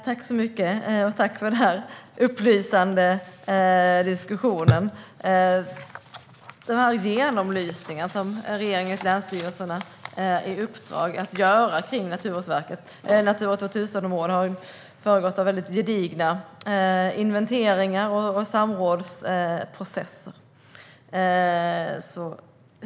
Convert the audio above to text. Herr talman! Tack, Jesper Skalberg Karlsson, för denna upplysande diskussion! Den genomlysning gällande Natura 2000-områdena som regeringen har gett länsstyrelserna i uppdrag att göra har föregåtts av gedigna inventeringar och samrådsprocesser.